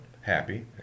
happy